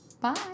Bye